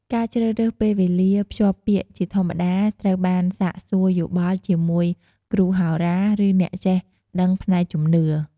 ការជ្រើសរើសវេលាភ្ជាប់ពាក្យជាធម្មតាត្រូវបានសាកសួរយោបល់ជាមួយគ្រូហោរា ឬអ្នកចេះដឹងផ្នែកជំនឿ ។